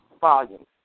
volumes